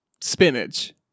Spinach